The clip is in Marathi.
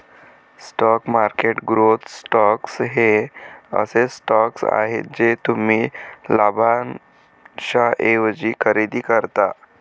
स्टॉक मार्केट ग्रोथ स्टॉक्स हे असे स्टॉक्स आहेत जे तुम्ही लाभांशाऐवजी खरेदी करता